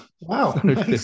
Wow